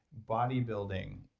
bodybuilding,